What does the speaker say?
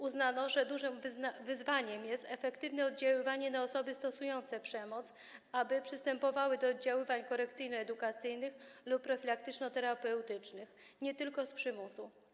Uznano, że dużym wyzwaniem jest efektywne oddziaływanie na osoby stosujące przemoc, aby przystępowały do oddziaływań korekcyjno-edukacyjnych lub profilaktyczno-terapeutycznych nie tylko z przymusu.